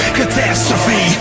catastrophe